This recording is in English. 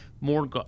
more